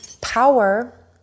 Power